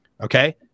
Okay